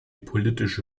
politische